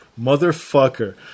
Motherfucker